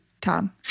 Tom